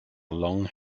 long